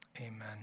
Amen